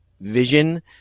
vision